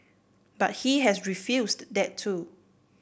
but he has refused that too